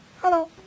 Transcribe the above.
Hello